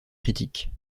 critiques